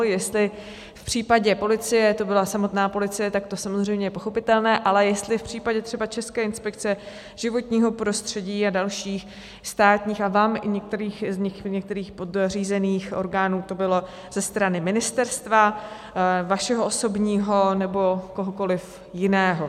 Jestli v případě policie to byla samotná policie, tak to samozřejmě je pochopitelné, ale jestli v případě třeba České inspekce životního prostředí a dalších státních a vám některých podřízených orgánů to bylo ze strany ministerstva, vašeho osobního nebo kohokoli jiného.